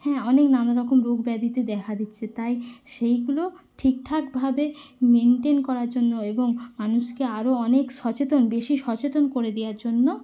হ্যাঁ অনেক নানা রকম রোগ ব্যাধিতে দেখা দিচ্ছে তাই সেইগুলো ঠিকঠাকভাবে মেনটেন করার জন্য এবং মানুষকে আরও অনেক সচেতন বেশি সচেতন করে দেওয়ার জন্য